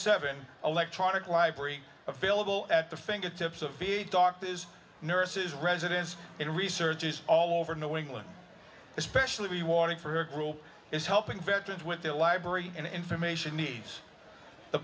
seven electronic library available at the fingertips of v a doctor is nurses residence in researches all over new england especially rewarding for her group is helping veterans with their library and information needs the